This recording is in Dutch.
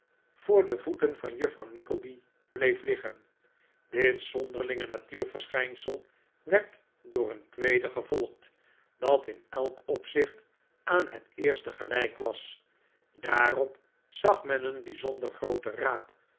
voor de voeten van juffrouw nickleby bleef liggen dit zonderlinge natuurverschijnsel werd door een tweede gevolgd dat in elk opzicht aan het eerste gelijk was daarop zag men een bijzonder groote raap